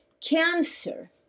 Cancer